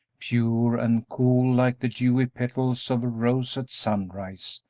pure and cool like the dewy petals of a rose at sunrise,